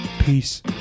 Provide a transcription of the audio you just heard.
peace